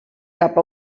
cap